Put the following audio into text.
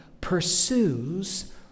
pursues